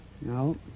No